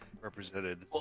represented